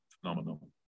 phenomenal